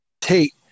Tate